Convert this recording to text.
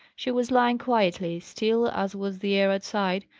she was lying quietly, still as was the air outside,